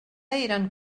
eren